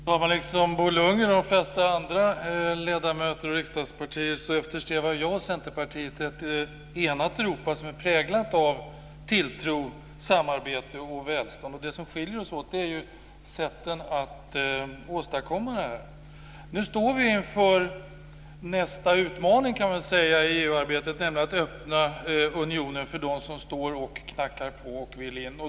Fru talman! Liksom Bo Lundgren och flera andra ledamöter och riksdagspartier eftersträvar jag och Centerpartiet ett enat Europa som är präglat av tilltro, samarbete och välstånd. Det som skiljer oss åt är sätten att åstadkomma detta. Nu står vi inför nästa utmaning i EU-arbetet, nämligen att öppna unionen för dem som knackar på och vill in.